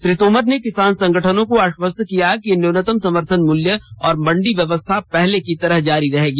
श्री तोमर ने किसान संगठनों को आश्वस्त किया कि न्यूनतम समर्थन मूल्य और मंडी व्यवस्था पहले की तरह जारी रहेगी